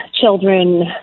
children